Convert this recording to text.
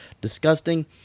disgusting